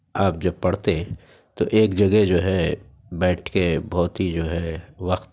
آپ جب پڑھتے تو ایک جگہ جو ہے بیٹھ کے بہت ہی جو ہے وقت